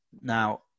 Now